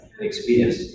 experience